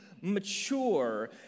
mature